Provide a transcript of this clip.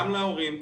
גם לילדים,